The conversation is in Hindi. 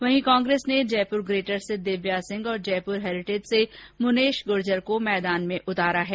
वहीं कांग्रेस ने जयपुर ग्रेटर से दिव्या सिंह और जयपुर हेरिटेज से मुनेश गुर्जर को मैदान में उतारा है